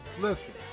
Listen